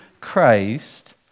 Christ